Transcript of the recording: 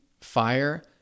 FIRE